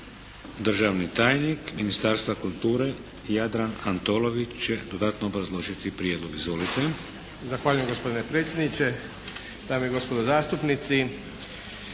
Državni tajnik Ministarstva kulture Jadran Antolović će dodatno obrazložiti prijedlog. Izvolite. **Antolović, Jadran** Zahvaljujem gospodine predsjedniče. Dame i gospodo zastupnici.